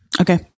Okay